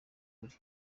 kuri